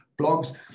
blogs